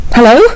Hello